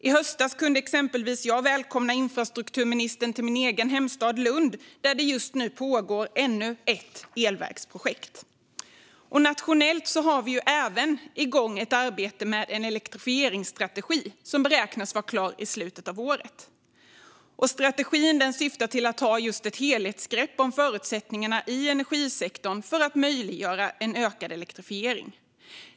I höstas kunde jag exempelvis välkomna infrastrukturministern till min egen hemstad Lund, där det just nu pågår ännu ett elvägsprojekt. Nationellt har vi även igång ett arbete med en elektrifieringsstrategi, som beräknas vara klart i slutet av året. Strategin syftar till att ta ett helhetsgrepp om förutsättningarna i energisektorn för att möjliggöra en ökad elektrifiering.